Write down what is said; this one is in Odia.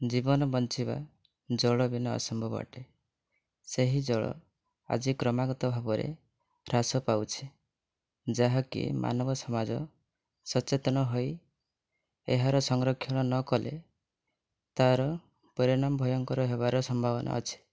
ଜୀବନ ବଞ୍ଚିବା ଜଳ ବିନା ଅସମ୍ଭବ ଅଟେ ସେହି ଜଳ ଆଜି କ୍ରମାଗତ ଭାବରେ ହ୍ରାସ ପାଉଛି ଯାହାକି ମାନବ ସମାଜ ସଚେତନ ହୋଇ ଏହାର ସଂରକ୍ଷଣ ନକଲେ ତାର ପରିଣାମ ଭୟଙ୍କର ହେବାର ସମ୍ଭାବନା ଅଛି